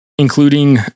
including